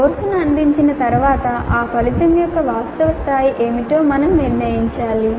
కోర్సును అందించిన తరువాత ఆ ఫలితం యొక్క వాస్తవ స్థాయి ఏమిటో మనం నిర్ణయించాలి